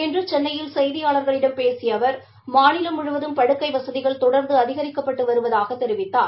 இன்று சென்னையில் செய்தியாளர்களிடம் பேசிய அவர் மாநிலம் முழுவதும் படுக்கை வசதிகள் தொடர்ந்து அதிகரிக்கப்பட்டு வருவதாக தெரிவித்தார்